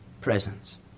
presence